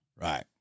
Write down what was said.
Right